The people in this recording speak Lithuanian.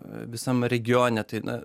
visam regione tai na